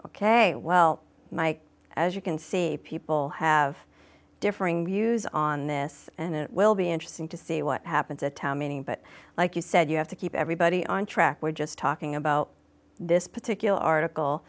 ok well mike as you can say people have differing views on this and it will be interesting to see what happens at a town meeting but like you said you have to keep everybody on track we're just talking about this particular article